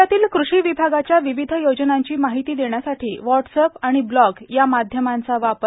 राज्यातील कृषी विभागाच्या विविध योजनांची माहिती देण्यासाठी व्हाटसअॅप आणि ब्लॉग या माध्यमांचा वापर